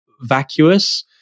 vacuous